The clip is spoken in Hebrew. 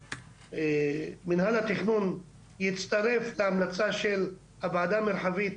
שמינהל התכנון יצטרף להמלצה של הוועדה המרחבית